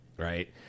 Right